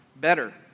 better